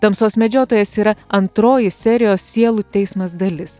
tamsos medžiotojas yra antroji serijos sielų teismas dalis